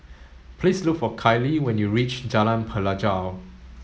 please look for Kylee when you reach Jalan Pelajau